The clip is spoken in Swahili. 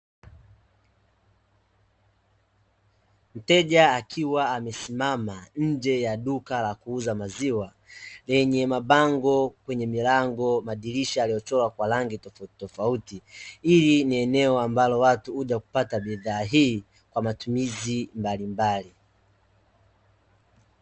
Mteja akiwa amesimama nje ya duka la kuuza maziwa lenye mabango kwenye milango, madirisha yaliyochorwa kwa rangi tofautitofauti, hili ni eneo ambalo watu huja kupata bidhaa hii kwa matumizi mbalimbali.